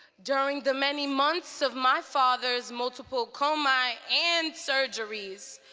during the many months of my father's multiple comae and surgeries,